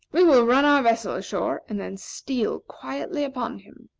we will run our vessel ashore, and then steal quietly upon him.